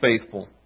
faithful